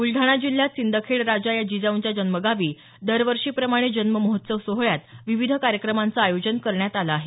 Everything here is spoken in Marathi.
बुलडाणा जिल्ह्यात सिंदखेड राजा या जिजाऊंच्या जन्मगावी दरवर्षीप्रमाणे जन्ममहोत्सव सोहळ्यात विविध कार्यक्रमांचं आयोजन करण्यात आलं आहे